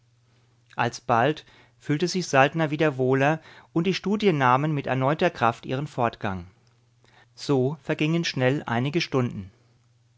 alsbald fühlte sich saltner wieder wohler und die studien nahmen mit erneuter kraft ihren fortgang so vergingen schnell einige stunden